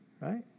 right